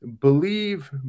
believe